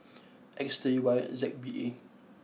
X three Y Z B A